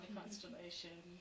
constellation